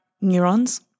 neurons